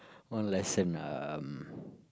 one lesson um